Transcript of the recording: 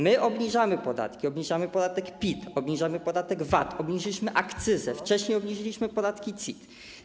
My obniżamy podatki, obniżamy podatek PIT, obniżamy podatek VAT, obniżyliśmy akcyzę, wcześniej obniżyliśmy podatki CIT.